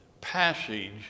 passage